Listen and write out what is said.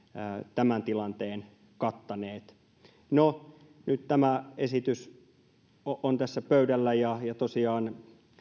tämän tilanteen kattaneet no nyt tämä esitys on tässä pöydällä ja tosiaan